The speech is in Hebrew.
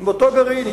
באותו גרעין.